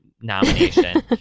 nomination